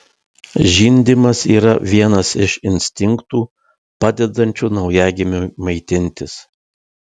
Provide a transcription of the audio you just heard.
žindymas yra vienas iš instinktų padedančių naujagimiui maitintis